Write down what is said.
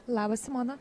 labas simona